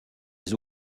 les